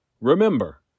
Remember